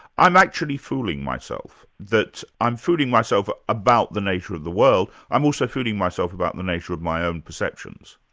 i'm actually fooling myself, that i'm fooling myself about the nature of the world, i'm also fooling myself about the nature of my own perceptions.